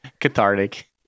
cathartic